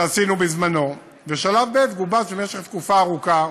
שעשינו בזמנו, ושלב ב' גובש במשך תקופה ארוכה.